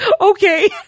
okay